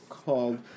called